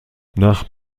nach